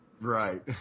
Right